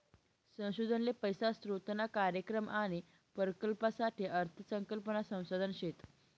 संशोधन ले पैसा स्रोतना कार्यक्रम आणि प्रकल्पसाठे अर्थ संकल्पना संसाधन शेत